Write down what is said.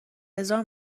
هزار